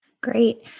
Great